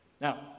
Now